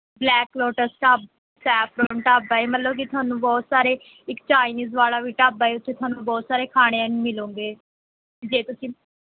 black Lotus ਢਾ Saffron dhaba ਹੈ ਮਤਲਬ ਕਿ ਤੁਹਾਨੂੰ ਬਹੁਤ ਸਾਰੇ ਇੱਕ ਚਾਈਨੀਜ਼ ਵਾਲਾ ਵੀ ਢਾਬਾ ਹੈ ਉੱਥੇ ਤੁਹਾਨੂੰ ਬਹੁਤ ਸਾਰੇ ਖਾਣਿਆਂ ਨੂੰ ਮਿਲੂੰਗੇ ਜੇ ਤੁਸੀਂ